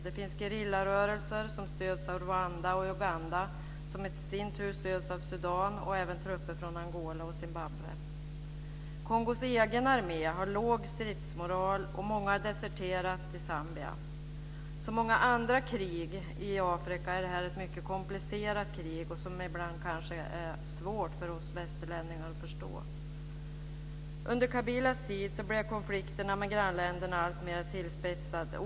Det finns gerillarörelser som stöds av Rwanda och Uganda, som i sin tur stöds av Sudan och även av trupper från Angola och Zimbabwe. Kongos egen armé har låg stridsmoral och många har deserterat till Zambia. Som många andra krig i Afrika är detta krig ett mycket komplicerat krig och ibland kanske svårt för oss västerlänningar att förstå. Under Kabilas tid blev konflikterna med grannländerna alltmer tillspetsade.